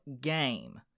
game